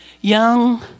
young